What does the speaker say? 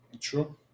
True